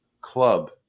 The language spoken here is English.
Club